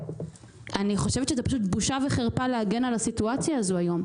ואני חושבת שזאת בושה וחרפה להגן על הסיטואציה הזאת היום.